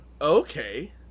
Okay